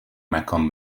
مکان